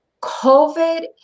COVID